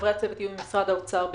חברי הצוות יהיו ממשרד האוצר בלבד,